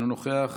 אינו נוכח,